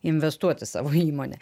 investuot į savo įmonę